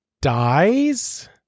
dies